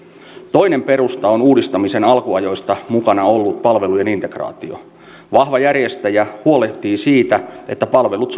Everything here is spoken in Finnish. toinen perusta on uudistamisen alkuajoista mukana ollut palvelujen integraatio vahva järjestäjä huolehtii siitä että palvelut